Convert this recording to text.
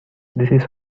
this